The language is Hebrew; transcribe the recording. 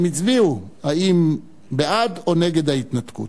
הם הצביעו אם הם בעד או נגד ההתנתקות.